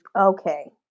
okay